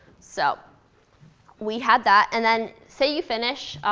so we had that. and then say you finish,